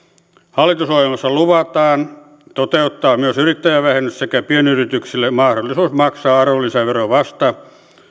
hallitusohjelmassa luvataan toteuttaa myös yrittäjävähennys sekä pienyrityksille mahdollisuus maksaa arvonlisävero vasta